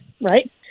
right